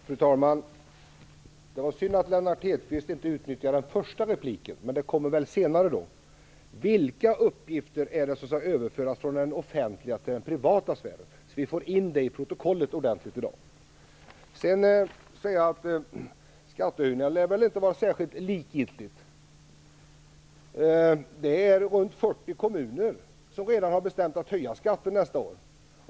Fru talman! Det var synd att Lennart Hedquist inte utnyttjade den första repliken - det gör han väl senare - till att tala om vilka uppgifter som skall överföras från den offentliga sfären till den privata så att vi får det inskrivet i protokollet i dag. Det är väl inte likgiltigt med skattehöjningar. Det är redan 40 kommuner som bestämt att höja skatten nästa år.